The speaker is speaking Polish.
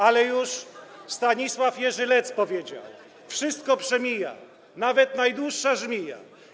Ale już Stanisław Jerzy Lec powiedział: wszystko przemija, nawet najdłuższa żmija.